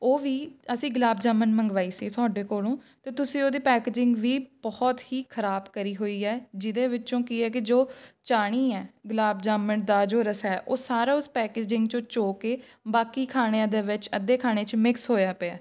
ਉਹ ਵੀ ਅਸੀਂ ਗੁਲਾਬ ਜਾਮੁਨ ਮੰਗਵਾਈ ਸੀ ਤੁਹਾਡੇ ਕੋਲੋਂ ਅਤੇ ਤੁਸੀਂ ਉਹਦੀ ਪੈਕਜਿੰਗ ਵੀ ਬਹੁਤ ਹੀ ਖਰਾਬ ਕਰੀ ਹੋਈ ਹੈ ਜਿਹਦੇ ਵਿੱਚੋਂ ਕੀ ਹੈ ਕਿ ਜੋ ਚਾਹਣੀ ਹੈ ਗੁਲਾਬ ਜਾਮੁਨ ਦਾ ਜੋ ਰਸਾ ਹੈ ਉਹ ਸਾਰਾ ਉਸ ਪੈਕਜਿੰਗ 'ਚੋਂ ਚੋ ਕੇ ਬਾਕੀ ਖਾਣਿਆਂ ਦੇ ਵਿੱਚ ਅੱਧੇ ਖਾਣੇ 'ਚ ਮਿਕਸ ਹੋਇਆ ਪਿਆ